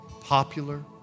popular